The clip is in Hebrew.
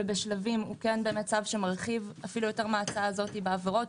ובשלבים כן מרחיב אפילו יותר מההצעה הזאת בעבירות.